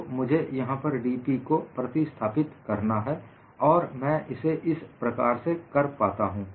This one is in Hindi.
तो मुझे यहां पर dP को प्रतिस्थापित करना है और मैं इसे इस प्रकार से पाता हूं